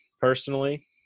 personally